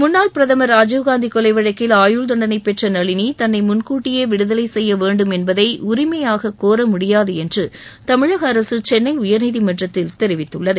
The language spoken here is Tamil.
முன்ளாள் பிரதமர் ராஜீவ் காந்தி கொலை வழக்கில் ஆயுள் தண்டனை பெற்ற நளினி தன்னை முன்கூட்டியே விடுதலை செய்ய வேண்டும் என்பதை உரிமையாக கோர முடியாது என்று தமிழக அரசு சென்னை உயர்நீதிமன்றத்தில் தெரிவித்துள்ளது